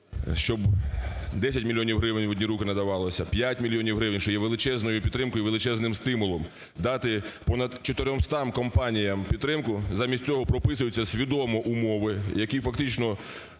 щоб 10 мільйонів гривень в одні руки надавалося, 5 мільйонів гривень, що є величезною підтримкою і величезним стимулом дати понад 400 компаніям підтримку замість цього прописуються свідомо умови, які фактично